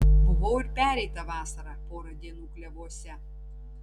buvau ir pereitą vasarą porą dienų klevuose